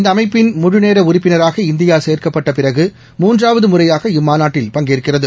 இந்த அமைப்பின் முழுநேர உறுப்பினராக இந்தியா சேர்க்கப்பட்ட பிறகு மூன்றாவது முறையாக இம்மாநாட்டில் பங்கேற்கிறது